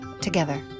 together